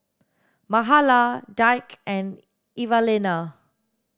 Mahala Dirk and Evelena